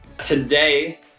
Today